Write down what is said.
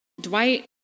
Dwight